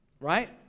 Right